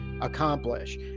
Accomplish